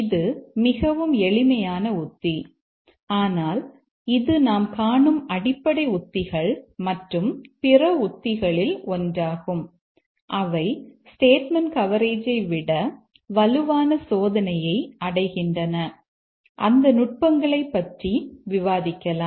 இது மிகவும் எளிமையான உத்தி ஆனால் இது நாம் காணும் அடிப்படை உத்திகள் மற்றும் பிற உத்திகளில் ஒன்றாகும் அவை ஸ்டேட்மெண்ட் கவரேஜை விட வலுவான சோதனையை அடைகின்றன அந்த நுட்பங்களைப் பற்றி விவாதிக்கலாம்